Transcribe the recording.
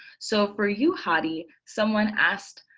so for you hadi someone asked,